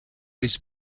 his